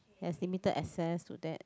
it has limited access to that